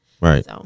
Right